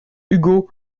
ugo